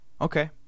Okay